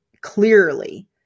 clearly